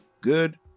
good